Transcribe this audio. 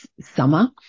summer